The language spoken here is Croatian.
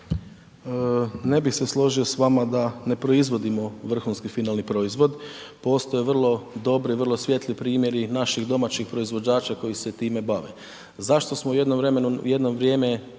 Ne bi se složio s vama da ne proizvodimo vrhunski finalni proizvod, postoji vrlo dobri i vrlo svijetli primjeri naših domaćih proizvođača koji se time bave. Zašto smo jedno vrijeme